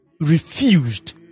refused